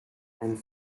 and